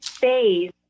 phase